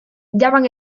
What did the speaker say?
llaman